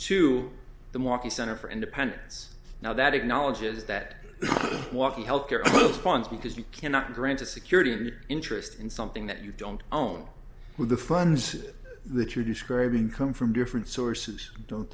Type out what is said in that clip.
to the marquis center for independence now that acknowledges that walking health care plans because you cannot grant a security interest in something that you don't own with the funds that you're describing come from different sources don't